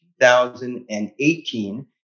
2018